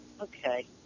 okay